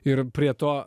ir prie to